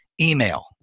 email